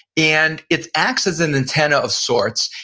and it acts as an antenna of sorts.